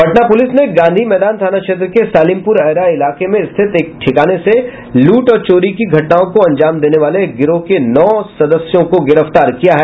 Patna police ने गांधी मैदान थाना क्षेत्र के सालिमपुर अहरा इलाके में स्थित एक ठिकाने से लूट और चोरी की घटनाओं को अंजाम देने वाले एक गिरोह के नौ अपराधियों को गिरफ्तार किया है